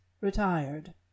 retired